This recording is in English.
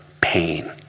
pain